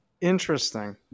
Interesting